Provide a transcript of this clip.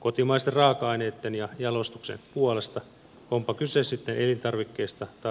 kotimaisten raaka aineitten ja jalostuksen puolesta onpa kyse sitten elintarvikkeista tai talon lämmittämisestä